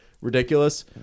ridiculous